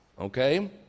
okay